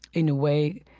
in a way,